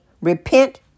Repent